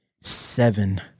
seven